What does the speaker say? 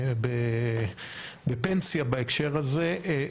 בפנסיה בהקשר הזה.